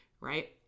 right